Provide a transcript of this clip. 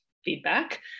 Feedback